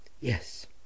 Yes